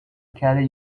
carry